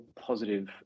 positive